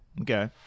Okay